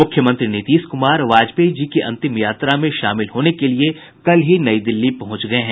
मुख्यमंत्री नीतीश कुमार वाजपेयी जी की अंतिम यात्रा में शामिल होने के लिये कल ही नई दिल्ली पहुंच गये हैं